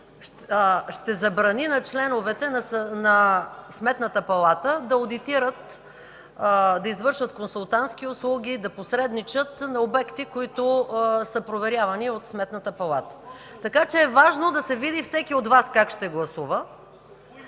ще забрани на членовете на Сметната палата да одитират, да извършват консултантски услуги, да посредничат на обекти, които са проверявани от Сметната палата. Така че е важно да се види всеки от Вас как ще гласува.